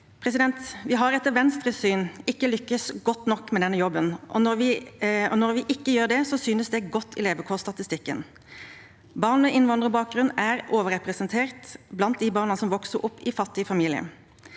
å lykkes. Vi har etter Venstres syn ikke lyktes godt nok med denne jobben, og når vi ikke gjør det, synes det godt i levekårsstatistikken. Barn med innvandrerbakgrunn er overrepresentert blant de barna som vokser opp i fattige familier.